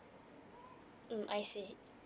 mm I see